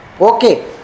Okay